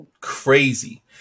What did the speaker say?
Crazy